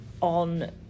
on